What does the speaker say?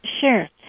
Sure